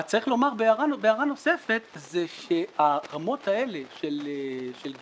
צריך לומר בהערה נוספת זה שהרמות האלה של גיוס,